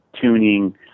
tuning